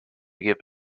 give